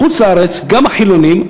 בחוץ-לארץ גם החילונים,